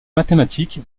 mathématique